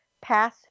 pass